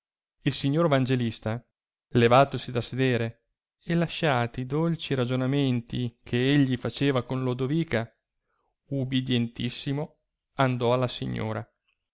il signor vangelista levatosi da sedere e lasciati i dolci ragionamenti che egli faceva con lodovica ubidientissimo andò alla signora